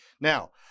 Now